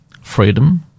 freedom